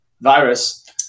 virus